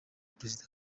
perezida